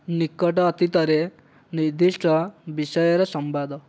ନିକଟ ଅତୀତରେ ନିର୍ଦ୍ଦିଷ୍ଟ ବିଷୟରେ ସମ୍ବାଦ